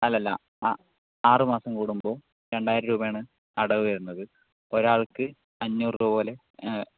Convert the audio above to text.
അല്ലല്ല ആ ആറുമാസം കുടുമ്പോൾ രണ്ടായിരം രൂപയാണ് അടവുവരുന്നത് ഒരാൾക്ക് അഞ്ഞൂറ് രൂപപോലെ